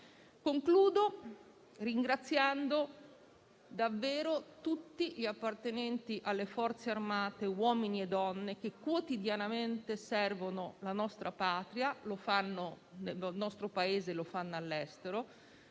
Concludo ringraziando tutti gli appartenenti alle Forze armate, uomini e donne, che quotidianamente servono la nostra Patria. Lo fanno nel nostro Paese e all'estero.